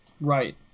Right